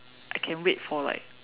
I can wait for like